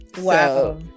wow